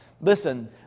Listen